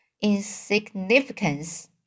Insignificance